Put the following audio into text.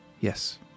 Yes